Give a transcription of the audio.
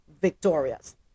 victorious